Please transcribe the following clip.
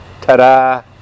Ta-da